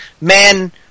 Man